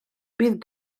bydd